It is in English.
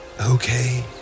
okay